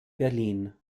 berlin